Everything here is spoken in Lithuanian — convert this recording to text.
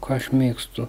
ką aš mėgstu